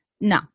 No